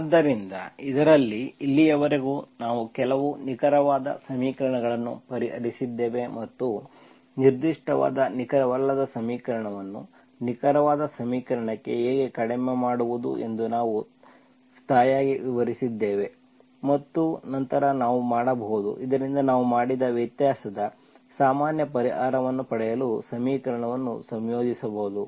ಆದ್ದರಿಂದ ಇದರಲ್ಲಿ ಇಲ್ಲಿಯವರೆಗೆ ನಾವು ಕೆಲವು ನಿಖರವಾದ ಸಮೀಕರಣಗಳನ್ನು ಪರಿಹರಿಸಿದ್ದೇವೆ ಮತ್ತು ನಿರ್ದಿಷ್ಟವಾದ ನಿಖರವಲ್ಲದ ಸಮೀಕರಣವನ್ನು ನಿಖರವಾದ ಸಮೀಕರಣಕ್ಕೆ ಹೇಗೆ ಕಡಿಮೆ ಮಾಡುವುದು ಎಂದು ನಾವು ತಾಯಿಗೆ ವಿವರಿಸಿದ್ದೇವೆ ಮತ್ತು ನಂತರ ನಾವು ಮಾಡಬಹುದು ಇದರಿಂದ ನಾವು ನೀಡಿದ ವ್ಯತ್ಯಾಸದ ಸಾಮಾನ್ಯ ಪರಿಹಾರವನ್ನು ಪಡೆಯಲು ಸಮೀಕರಣವನ್ನು ಸಂಯೋಜಿಸಬಹುದು